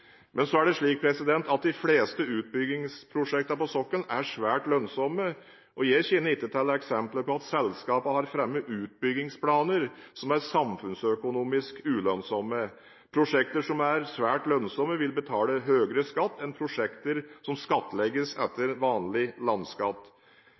Men de fleste utbyggingsprosjektene på sokkelen er svært lønnsomme, og jeg kjenner ikke til eksempler på at selskapene har fremmet utbyggingsplaner som er samfunnsøkonomisk ulønnsomme. Prosjekter som er svært lønnsomme, vil betale høyere skatt enn prosjekter som skattlegges